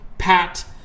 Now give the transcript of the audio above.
pat